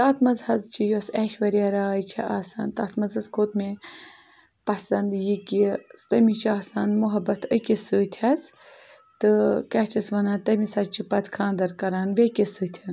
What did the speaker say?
تَتھ منٛز حظ چھِ یۄس ایشوَریا راے چھےٚ آسان تَتھ منٛز حظ کھوٚت مےٚ پَسَنٛد یہِ کہِ تٔمِس چھِ آسان محبت أکِس سۭتۍ حظ تہٕ کیٛاہ چھِس وَنان تٔمِس حظ چھِ پَتہٕ خانٛدَر کَران بیٚیہِ کِس سۭتۍ